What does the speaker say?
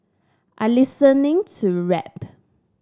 I listening to rap